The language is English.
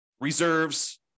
reserves